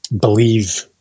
believe